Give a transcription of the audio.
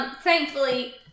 Thankfully